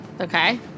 Okay